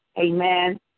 amen